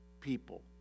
people